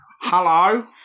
Hello